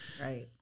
right